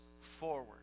forward